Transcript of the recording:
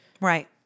Right